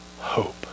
hope